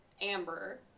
Amber